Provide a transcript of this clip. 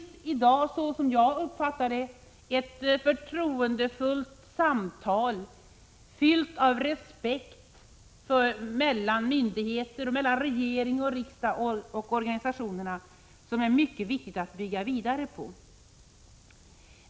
Så som jag uppfattar det finns det i dag ett förtroendefullt samtal, fyllt av respekt, mellan myndigheter, mellan regering och riksdag och organisationerna, som det är mycket viktigt att bygga vidare på.